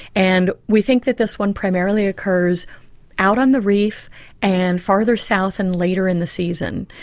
and we think that this one primarily occurs out on the reef and farther south and later in the season.